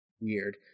weird